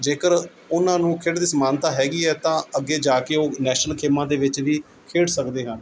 ਜੇਕਰ ਉਹਨਾਂ ਨੂੰ ਖੇਡ ਦੀ ਸਮਾਨਤਾ ਹੈਗੀ ਹੈ ਤਾਂ ਅੱਗੇ ਜਾ ਕੇ ਉਹ ਨੈਸ਼ਨਲ ਗੇਮਾਂ ਦੇ ਵਿੱਚ ਵੀ ਖੇਡ ਸਕਦੇ ਹਨ